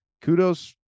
kudos